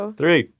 three